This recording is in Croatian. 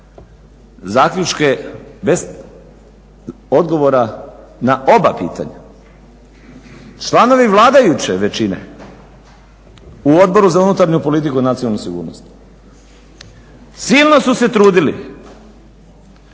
zaključke bez odgovora na oba pitanja. Članovi vladajuće većine u Odboru za unutarnju politiku i nacionalnu sigurnost silno su se trudili